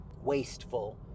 wasteful